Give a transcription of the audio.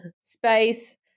space